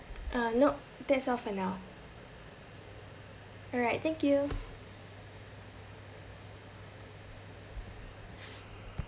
uh nope that's all for now alright thank you